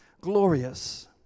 glorious